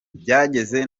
byageze